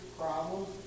problems